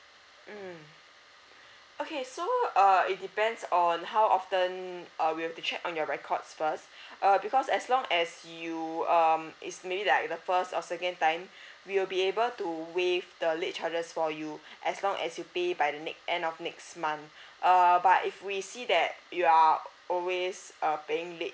mm okay so uh it depends on how often uh we have to check on your records first err because as long as you um it's maybe like the first or second time we'll be able to waive the late charges for you as long as you pay by the ne~ end of next month err but if we see that you are always uh paying late